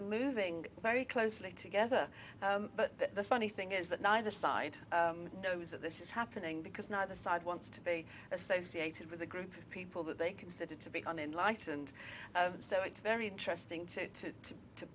are moving very closely together but the funny thing is that neither side knows that this is happening because neither side wants to be associated with a group of people that they consider to be on in life and so it's very interesting to to